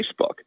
Facebook